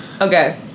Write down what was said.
Okay